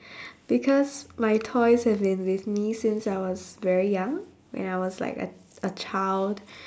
because my toys have been with me since I was very young when I was like a a child